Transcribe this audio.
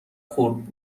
خورد